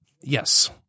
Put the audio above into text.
Yes